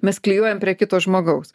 mes klijuojam prie kito žmogaus